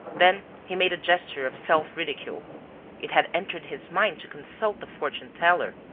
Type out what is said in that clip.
then he made a gesture of self-ridicule it had entered his mind to consult the fortune-teller,